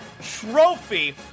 trophy